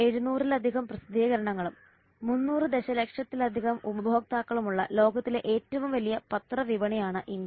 6700 ലധികം പ്രസിദ്ധീകരണങ്ങളും 300 ദശലക്ഷത്തിലധികം ഉപഭോക്താക്കളും ഉള്ള ലോകത്തിലെ ഏറ്റവും വലിയ പത്ര വിപണിയാണ് ഇന്ത്യ